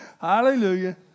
Hallelujah